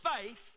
faith